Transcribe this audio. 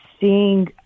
seeing